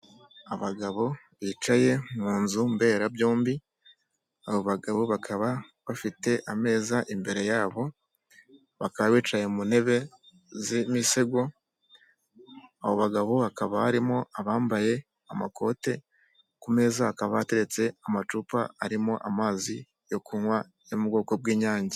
Abagabo bicaye mu nzu mberabyombi, abo bagabo bakaba bafite ameza imbere yabo, bakaba bicaye mu ntebe z'imisego, abo bagabo hakaba harimo abambaye amakote, ku meza hakaba hateretse amacupa arimo amazi yo kunywa yo mu bwoko bw'Inyange.